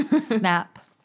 Snap